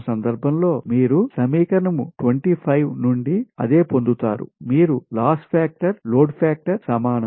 ఆ సందర్భం లో మీరు సమీకరణం 25 నుండి అదే పొందుతారు మీరు లాస్ ఫాక్టర్ లోడ్ ఫాక్టర్ సమానం